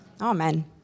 Amen